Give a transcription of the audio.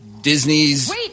Disney's